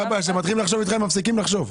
כשהם מתחילים לחשוב איתך, הם מפסיקים לחשוב.